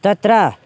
तत्र